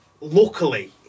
Luckily